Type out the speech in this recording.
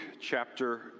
chapter